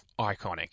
iconic